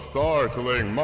Startling